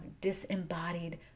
disembodied